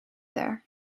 there